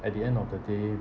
at the end of the day